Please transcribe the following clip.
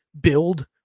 build